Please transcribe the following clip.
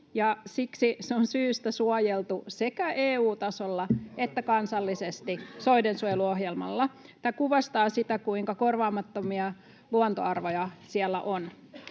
siksi se on syystä suojeltu sekä EU-tasolla että kansallisesti soidensuojeluohjelmalla. [Petri Hurun välihuuto] Tämä kuvastaa sitä, kuinka korvaamattomia luontoarvoja siellä on.